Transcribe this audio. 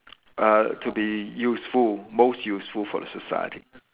uh to be useful most useful for the society